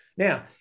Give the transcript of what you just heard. Now